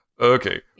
Okay